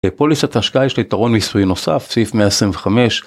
פוליסת השקעה יש לה יתרון מיסוי נוסף סעיף 125